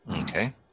Okay